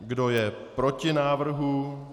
Kdo je proti návrhu?